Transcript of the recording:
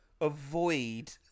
avoid